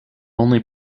only